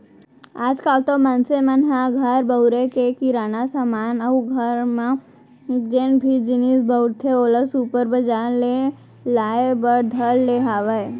आज काल तो मनसे मन ह घर बउरे के किराना समान अउ घर म जेन भी जिनिस बउरथे ओला सुपर बजार ले लाय बर धर ले हावय